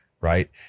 Right